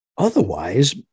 Otherwise